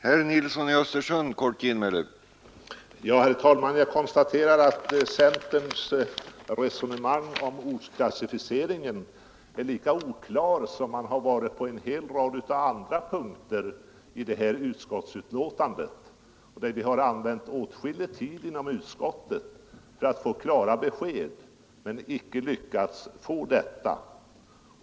Herr talman! Jag konstaterar att centerns resonemang är lika oklart i fråga om ortklassificeringen som det har varit på en hel rad andra punkter i detta utskottsbetänkande. Vi har använt åtskillig tid inom utskottet för att få klara besked men icke lyckats få ana.